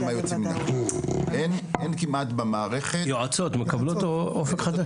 אין כמעט במערכת, יועצות מקבלות אופק חדש?